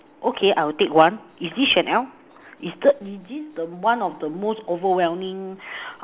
okay I'll take one is this Chanel is the is this the one of the most overwhelming